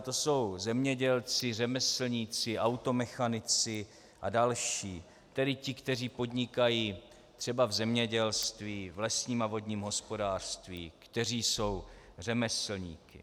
To jsou zemědělci, řemeslníci, automechanici a další, tedy ti, kteří podnikají třeba v zemědělství, v lesním a vodním hospodářství, kteří jsou řemeslníky.